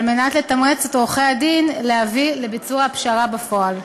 על מנת לתמרץ את עורכי-הדין להביא את ביצוע הפשרה בפועל.